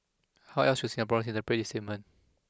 how else should Singaporeans interpret this statement